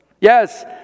Yes